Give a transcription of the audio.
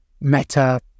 meta